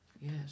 Yes